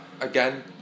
again